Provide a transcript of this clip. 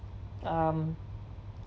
um